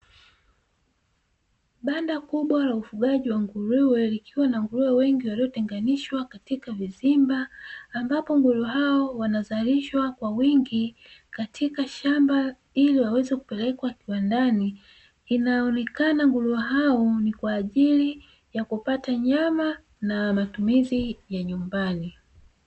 Banda kubwa la ufugaji wa nguruwe likiwa na nguruwe wengi waliotenganishwa katika vizimba, ambapo nguruwe hao wanazalishwa kwa wingi katika shamba, ili waweze kupelekwa kiwandani; inaonekana nguruwe hao ni kwa ajili ya kupata nyama na matumizi ya nyumbani.